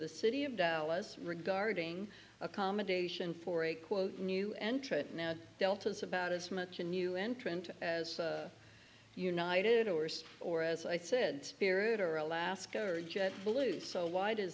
the city of dallas regarding accommodation for a quote new entrant now delta is about as much a new entrant as united hours or as i said spirit or alaska or jet blue so why does